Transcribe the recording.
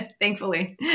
thankfully